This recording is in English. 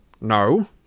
No